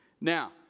Now